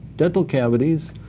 dental cavities.